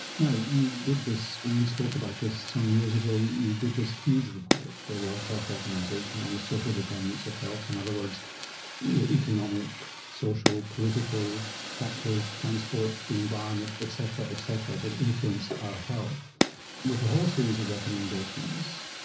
now you did this and we spoke about this some years ago, you did this huge report for the world health organisation on the social determinants of health. in and other words economic, social, political factors, transport, the environment etc. etc. that influence our health with a whole series of recommendations,